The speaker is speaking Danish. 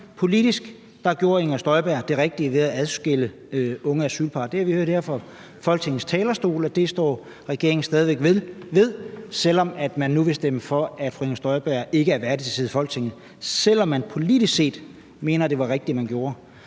politisk set gjorde det rigtige ved at adskille unge asylpar. Det har vi hørt her fra Folketingets talerstol at regeringen stadig væk står ved, selv om man nu vil stemme for, at fru Inger Støjberg ikke er værdig til at sidde i Folketinget – altså selv om man politisk set mener, at det, der blev gjort,